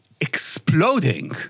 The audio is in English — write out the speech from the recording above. exploding